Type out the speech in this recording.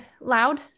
loud